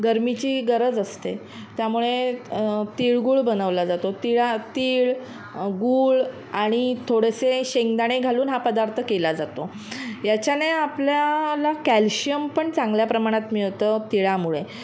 गरमीची गरज असते त्यामुळे तिळगुळ बनवला जातो तिळा तीळ गुळ आणि थोडेसे शेंगदाणे घालून हा पदार्थ केला जातो याच्याने आपल्याला कॅल्शियम पण चांगल्या प्रमाणात मिळतं तिळामुळे